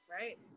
right